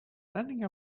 running